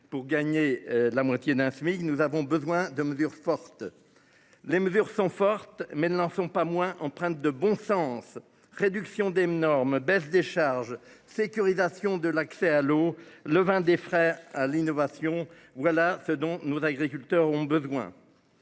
pour gagner la moitié d'un SMIC. Nous avons besoin de mesures fortes. Les mesures sont fortes mais n'en font pas moins empreinte de bon sens. Réduction d'énormes baisse des charges, sécurisation de l'accès à l'eau le 20 des frères à l'innovation, voilà ce dont nos agriculteurs ont besoin.